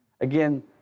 Again